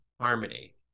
harmony